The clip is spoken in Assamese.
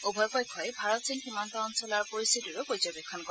উভয় পক্ষই ভাৰত চীন সীমান্ত অঞ্চলৰ পৰিস্থিতিৰো পৰ্যবেক্ষণ কৰে